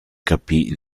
capì